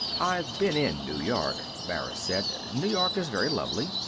i've been in new york, mara said. new york is very lovely.